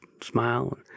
smile